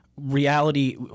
reality